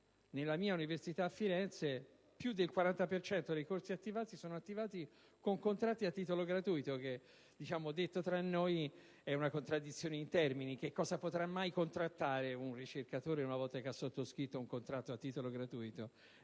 Nella mia università, a Firenze, più della metà dei corsi è attivata con contratti a titolo gratuito. Detto tra noi, questa è una contraddizione in termini: che cosa potrà mai contrattare un ricercatore, una volta che ha sottoscritto un contratto a titolo gratuito?